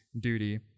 duty